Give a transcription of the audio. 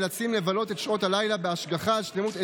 כחלק מההתמודדות עם נגע הפשיעה החקלאית וכדי להשגיח על שלמות העדרים